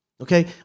okay